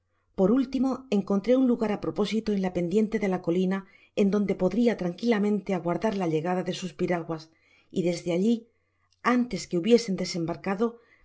por último encoujjfé un lugar á propósito en la pendiente da la colina en donde podria tranquilamente aguardar la llegada de sus pirar guas y desde alli antes que hubiesen desembarcaqp